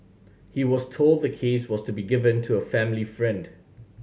he was told the case was to be given to a family friend